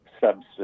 substance